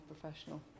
professional